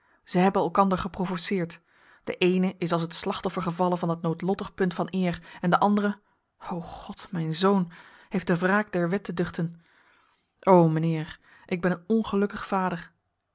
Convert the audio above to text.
zij hebben elkander geprovoceerd de eene is als het slachtoffer gevallen van dat noodlottig punt van eer en de andere o god mijn zoon heeft de wraak der wet te duchten o mijnheer ben een ongelukkig vader